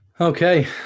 Okay